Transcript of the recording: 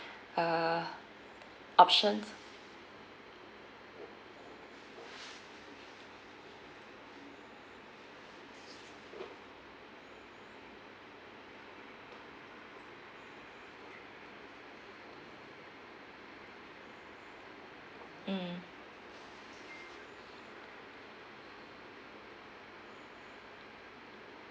err options mm